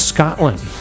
Scotland